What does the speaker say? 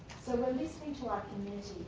so we're listening to our community.